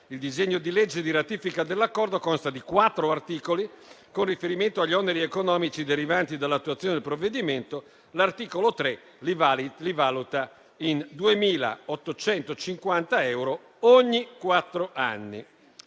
Il disegno di legge di ratifica dell'Accordo consta di quattro articoli. Con riferimento agli oneri economici derivanti dall'attuazione del provvedimento, l'articolo 3 li valuta in 2.850 euro ogni quattro anni.